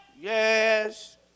Yes